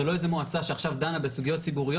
זה לא איזו מועצה שעכשיו דנה בסוגיות ציבוריות